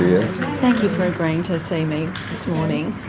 thank you for agreeing to see me this morning.